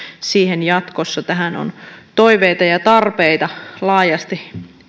siihen jatkossa tässä on toiveita ja ja tarpeita laajasti